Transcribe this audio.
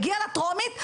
הגיע לטרומית,